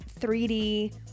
3D